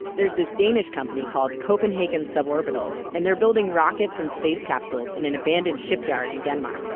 there's this danish company called copenhagen suborbitals and they're building rockets and space capsules in an abandoned shipyard in denmark